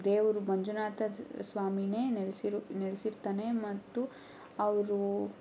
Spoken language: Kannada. ದೇವರು ಮಂಜುನಾಥ ಸ್ವಾಮಿಯೇ ನೆಲೆಸಿರು ನೆಲೆಸಿರ್ತಾನೆ ಮತ್ತು ಅವರು